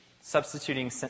substituting